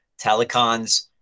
telecons